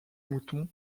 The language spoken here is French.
moutons